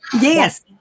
Yes